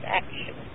action